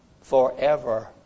forever